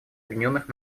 объединенных